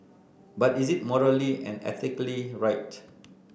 but is it morally and ethically right